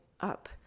up